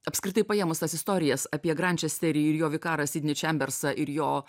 apskritai paėmus tas istorijas apie grančesterį ir jo vikarą sidnį čembersą ir jo